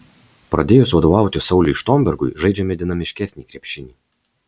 pradėjus vadovauti sauliui štombergui žaidžiame dinamiškesnį krepšinį